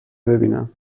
ببینم